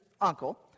uncle